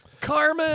Carmen